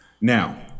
Now